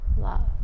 love